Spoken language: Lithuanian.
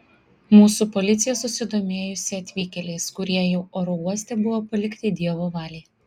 mūsų policija susidomėjusi atvykėliais kurie jau oro uoste buvo palikti dievo valiai